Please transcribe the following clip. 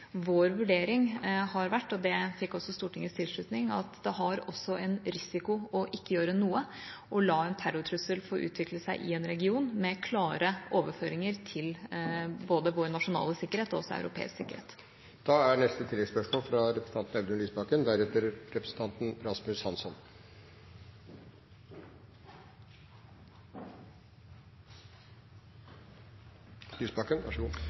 Vår vurdering har vært – og den fikk også Stortingets tilslutning – at det har også en risiko å ikke gjøre noe og la en terrortrussel få utvikle seg i en region med klare overføringer til både vår nasjonale sikkerhet og europeisk sikkerhet.